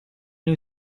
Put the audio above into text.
new